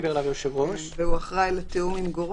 אז הוא צריך גם להתמודד עם בעיות